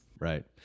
Right